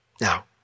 Now